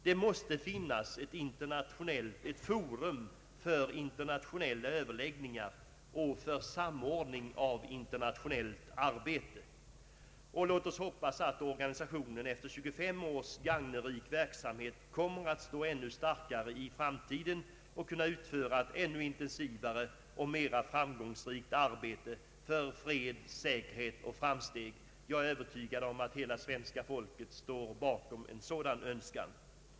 Det måste finnas ett forum för internationella överläggningar och för samordning av internationellt arbete. Låt oss hoppas att organisationen efter 25 års gagnerik verksamhet kommer att stå ännu starkare i framtiden och kunna utföra ett ännu intensivare och mera framgångsrikt arbete för fred, säkerhet och framsteg. Jag är övertygad om att hela svenska folket står bakom en sådan önskan.